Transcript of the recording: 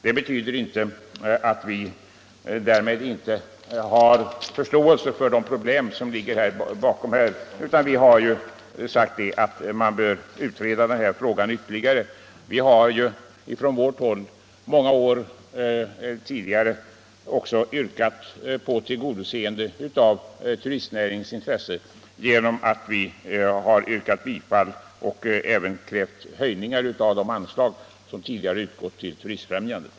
Det betyder emellertid inte att vi därmed inte skulle ha förståelse för de bakomliggande problemen, utan att vi har ansett att frågan bör utredas ytterligare. Vi har från vårt håll tidigare under många år yrkat på tillgodoseendet av turistnäringens intressen genom att vi har yrkat bifall till och även krävt höjningar av de anslag som tidigare utgått till turistfrämjandet.